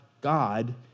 God